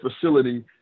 facility